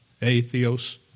atheos